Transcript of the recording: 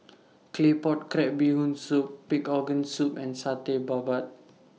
Claypot Crab Bee Hoon Soup Pig'S Organ Soup and Satay Babat